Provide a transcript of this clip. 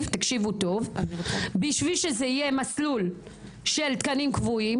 בשביל שזה יהיה מסלול של תקנים קבועים.